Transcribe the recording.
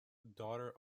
daughter